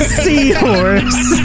seahorse